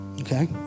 Okay